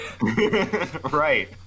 Right